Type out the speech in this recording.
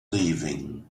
leaving